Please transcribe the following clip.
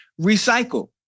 recycle